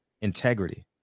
integrity